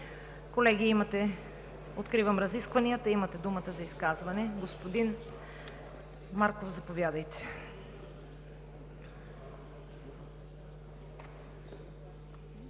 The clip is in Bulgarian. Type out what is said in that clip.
Имате думата за изказвания. Господин Марков, заповядайте.